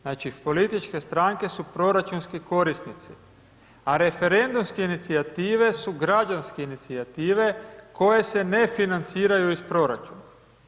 Znači političke stranke su proračunski korisnici a referendumske inicijative su građanske inicijative koje se ne financiraju iz proračuna.